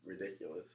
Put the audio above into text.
ridiculous